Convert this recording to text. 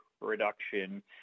reduction